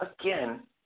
Again